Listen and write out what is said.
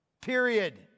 Period